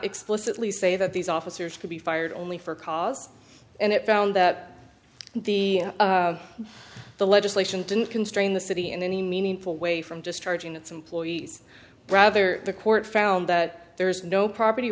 explicitly say that these officers could be fired only for cause and it found that the the legislation didn't constrain the city and any meaningful way from just charging its employees rather the court found that there is no property